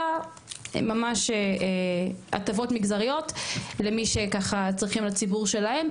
אלא ממש הטבות מגזריות למי שככה צריכים לציבור שלהם,